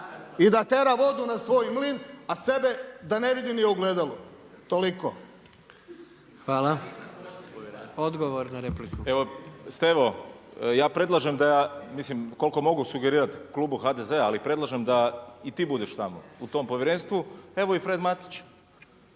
i da tera vodu na svoj mlin a sebe da ne vidi ni u ogledalu. Toliko. **Jandroković, Gordan (HDZ)** Hvala. Odgovor na repliku. **Bernardić, Davor (SDP)** Stevo, ja predlažem da, milim koliko mogu sugerirati klubu HDZ-a, ali predlažem da i ti budeš tamo, u tom povjerenstvu, evo i Fred Matić.